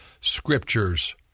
scriptures